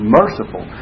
merciful